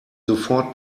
sofort